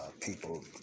people